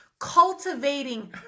cultivating